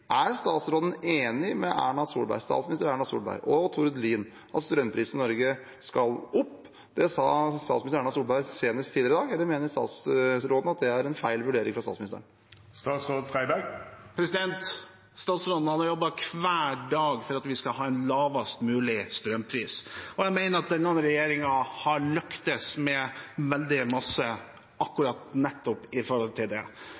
Er statsråden enig med statsminister Erna Solberg og Tord Lien i at strømprisen i Norge skal opp? Det sa statsminister Erna Solberg senest litt tidligere i dag. Eller mener statsråden at det er en feil vurdering av statsministeren? Statsråden jobber hver dag for at vi skal ha en lavest mulig strømpris. Og jeg mener at denne regjeringen har lyktes med veldig mye akkurat når det gjelder det.